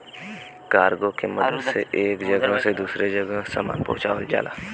cargo के मदद से एक जगह से दूसरे जगह सामान पहुँचावल जाला